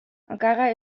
ankara